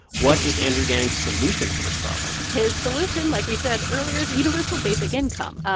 what is andrew yang's solution for this problem? his solution, like we said earlier, is a universal basic income,